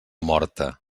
morta